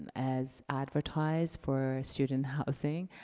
as advertised, for student housing.